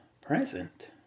present